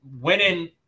winning